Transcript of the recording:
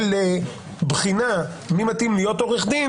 לנהל בחינה שבודקת מי מתאים להיות עורך דין